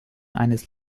eines